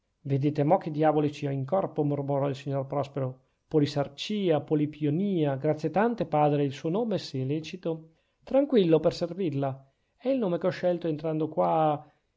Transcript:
vedete mo che diavoli ci ho in corpo mormorò il signor prospero polisarcia polipionìa grazie tante padre il suo nome se è lecito tranquillo per servirla è il nome che ho scelto entrando qua